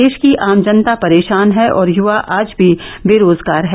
देष की आम जनता परेषान हैं और युवा आज भी बेरोजगार हैं